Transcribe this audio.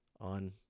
on